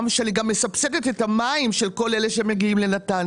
כך שאני גם מסבסדת את המים של כל אלה שמגיעים לנתניה